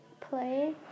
play